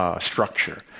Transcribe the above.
Structure